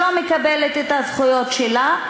שלא מקבלת את הזכויות שלה,